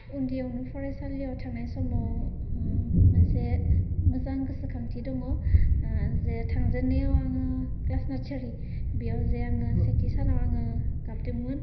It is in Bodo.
उन्दैआव फरायसालियाव थांनाय समाव मोनसे मोजां गोसोखांथि दङ जे थांजेननायाव आङो क्लास नार्सारी बेयाव जे आङो सेथि सानाव गाबदोंमोन